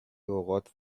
اوقات